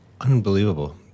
Unbelievable